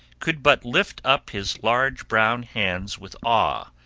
could but lift up his large brown hands with awe,